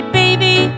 baby